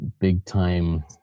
big-time